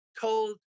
told